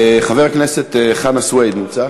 (חברת הכנסת תמר זנדברג יוצאת מאולם המליאה.) חבר הכנסת חנא סוייד נמצא?